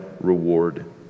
reward